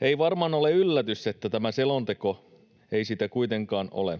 Ei varmaan ole yllätys, että tämä selonteko ei sitä kuitenkaan ole,